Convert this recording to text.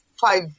five